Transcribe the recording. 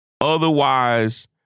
Otherwise